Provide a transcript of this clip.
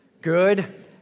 Good